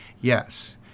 Yes